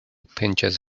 pinches